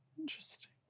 Interesting